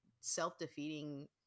self-defeating